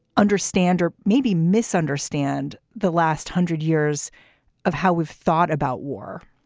understand or maybe misunderstand the last hundred years of how we thought about war